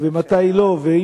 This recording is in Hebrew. ומתי לא?